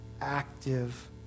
active